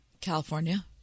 California